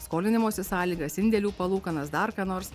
skolinimosi sąlygas indėlių palūkanas dar ką nors